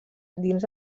dins